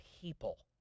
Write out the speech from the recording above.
people